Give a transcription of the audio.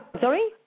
Sorry